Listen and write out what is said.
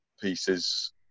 pieces